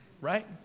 right